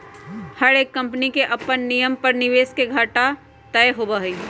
हर एक कम्पनी के अपन नियम पर निवेश के घाटा तय होबा हई